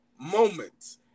moment